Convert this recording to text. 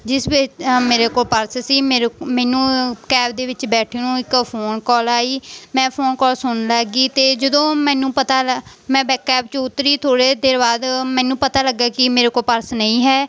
ਜਿਸ ਵਿੱਚ ਮੇਰੇ ਕੋਲ ਪਰਸ ਸੀ ਮੇਰ ਮੈਨੂੰ ਕੈਬ ਦੇ ਵਿੱਚ ਬੈਠੀ ਨੂੰ ਇੱਕ ਫੋਨ ਕੌਲ ਆਈ ਮੈਂ ਫੋਨ ਕੌਲ ਸੁਣਨ ਲੱਗ ਗਈ ਅਤੇ ਜਦੋਂ ਮੈਨੂੰ ਪਤਾ ਲ ਮੈਂ ਕੈਬ 'ਚੋਂ ਉਤਰੀ ਥੋੜ੍ਹੇ ਦੇਰ ਬਾਅਦ ਮੈਨੂੰ ਪਤਾ ਲੱਗਿਆ ਕਿ ਮੇਰੇ ਕੋਲ ਪਰਸ ਨਹੀਂ ਹੈ